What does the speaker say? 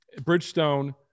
Bridgestone